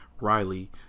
Riley